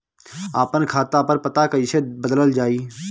आपन खाता पर पता कईसे बदलल जाई?